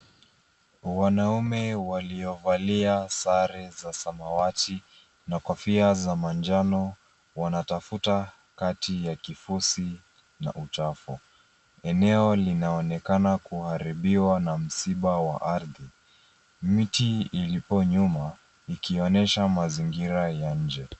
Wanaume waliovalia sare za samawati na kofia za manjano wanatafuta kati ya kifusi cha uchafu. Eneo linaonekana kuharibiwa na msiba wa ardhi. Miti ipo nyuma ikionyesha mazingira ya nje.